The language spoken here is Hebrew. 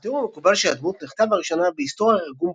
התיאור המקובל של הדמות נכתב לראשונה ב"היסטוריה רגום בריטניה"